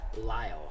Lyle